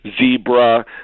zebra